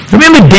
Remember